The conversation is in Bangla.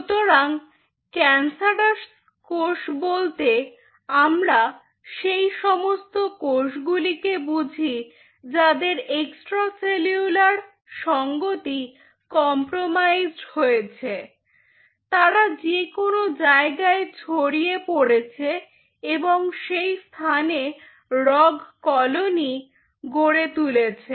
সুতরাং ক্যানসারাস কোষ বলতে আমরা সেই সমস্ত কোষগুলিকে বুঝি যাদের এক্সট্রেসলুলার সংগতি কম্প্রোমাইজড্ হয়েছে তারা যে কোন জায়গায় ছড়িয়ে পড়েছে এবং সেই স্থানে রগ্ কলোনি গড়ে তুলেছে